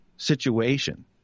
situation